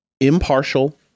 Impartial